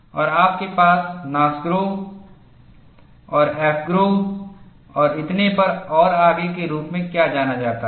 और आपके पास NASGRO और AFGRO और इतने पर और आगे के रूप में क्या जाना जाता है